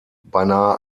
beinahe